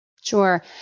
Sure